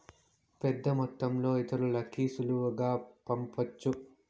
పెద్దమొత్తంలో ఇతరులకి సులువుగా పంపొచ్చు